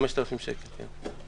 5,000 שקל, כן.